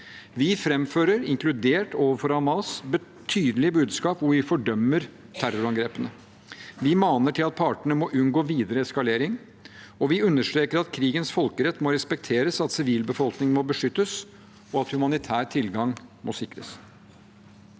Vi framfører, inkludert overfor Hamas, tydelige budskap hvor vi fordømmer terrorangrepene. Vi maner til at partene må unngå videre eskalering. Vi understreker at krigens folkerett må respekteres, at sivilbefolkningen må beskyttes, og at humanitær tilgang må sikres.